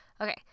Okay